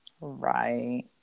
Right